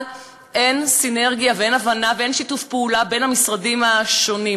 אבל אין סינרגיה ואין הבנה ואין שיתוף פעולה בין המשרדים השונים.